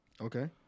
Okay